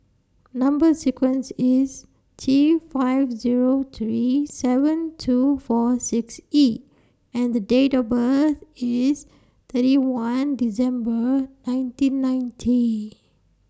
Number sequence IS T five Zero three seven two four six E and The Date of birth IS thirty one December nineteen ninety